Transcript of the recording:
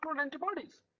antibodies